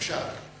בבקשה.